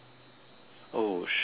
oh shucks